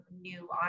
new